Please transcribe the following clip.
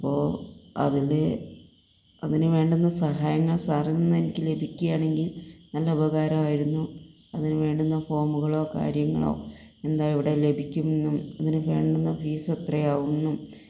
അപ്പോൾ അതിൽ അതിന് വേണ്ടുന്ന സഹായങ്ങൾ സാറിൽനിന്ന് എനിക്ക് ലഭിക്കുകയാണെങ്കിൽ നല്ല ഉപകാരമായിരുന്നു അതിന് വേണ്ടുന്ന ഫോമുകളോ കാര്യങ്ങളോ എന്താ എവിടെ ലഭിക്കും എന്നും അതിന് വേണ്ടുന്ന ഫീസ് എത്രയാവും എന്നും